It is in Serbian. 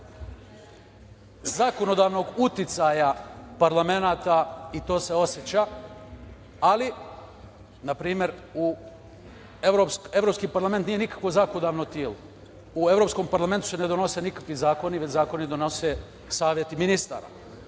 zakonodavnog uticaja parlamenata i to se oseća, ali npr. Evropski parlament nije nikakvo zakonodavno telo. U Evropskom parlamentu se ne donose nikakvi zakoni, već zakone donosi saveti ministara.